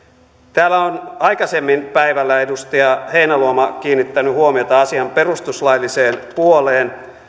täällä on aikaisemmin päivällä edustaja heinäluoma kiinnittänyt huomiota asian perustuslailliseen puoleen